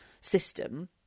system